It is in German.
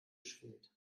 fehlt